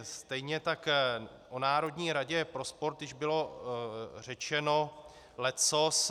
Stejně tak o Národní radě pro sport již bylo řečeno leccos.